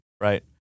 right